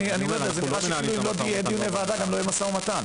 שאם לא יהיו דיונים על כך בוועדה גם לא יהיה משא ומתן.